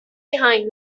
behind